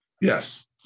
Yes